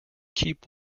keep